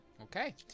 Okay